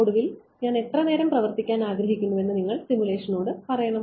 ഒടുവിൽ ഞാൻ എത്രനേരം പ്രവർത്തിക്കാൻ ആഗ്രഹിക്കുന്നുവെന്ന് നിങ്ങൾ സിമുലേഷനോട് പറയണം